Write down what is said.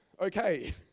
Okay